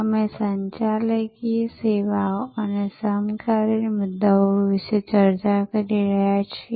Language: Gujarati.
અમે સંચાલકીય સેવાઓ અને સમકાલીન મુદ્દાઓ વિશે ચર્ચા કરી રહ્યા છીએ